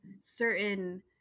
certain